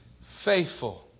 faithful